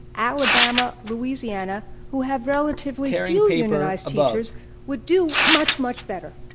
alabama, louisiana, who have relatively few unionized teachers would do much, much better.